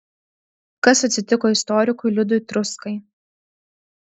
kas atsitiko istorikui liudui truskai